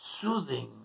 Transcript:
soothing